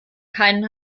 keinen